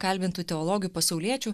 kalbintų teologių pasauliečių